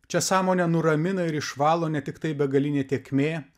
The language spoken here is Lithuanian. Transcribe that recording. čia sąmonę nuramina ir išvalo ne tik tai begalinė tėkmė